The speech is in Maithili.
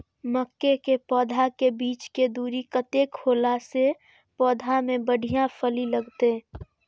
मके के पौधा के बीच के दूरी कतेक होला से पौधा में बढ़िया फली लगते?